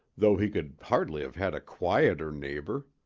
though he could hardly have had a quieter neighbor.